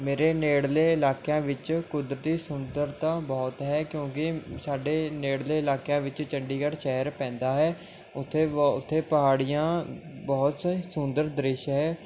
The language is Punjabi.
ਮੇਰੇ ਨੇੜਲੇ ਇਲਾਕਿਆਂ ਵਿੱਚ ਕੁਦਰਤੀ ਸੁੰਦਰਤਾ ਬਹੁਤ ਹੈ ਕਿਉਂਕਿ ਸਾਡੇ ਨੇੜਲੇ ਇਲਾਕਿਆਂ ਵਿੱਚ ਚੰਡੀਗੜ੍ਹ ਸ਼ਹਿਰ ਪੈਂਦਾ ਹੈ ਉੱਥੇ ਬਹੁ ਪਹਾੜੀਆਂ ਬਹੁਤ ਸੁੰਦਰ ਦ੍ਰਿਸ਼ ਹੈ